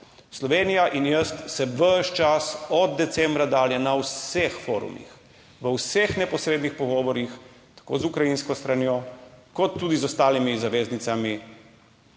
Slovenija in jaz se ves čas od decembra dalje na vseh forumih, v vseh neposrednih pogovorih, tako z ukrajinsko stranjo kot tudi z ostalimi zaveznicami,